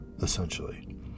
Essentially